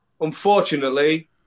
Unfortunately